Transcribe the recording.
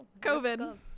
COVID